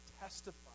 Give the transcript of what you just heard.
testify